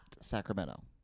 Sacramento